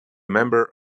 member